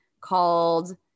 called